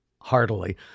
heartily